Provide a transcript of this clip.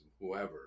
whoever